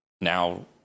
Now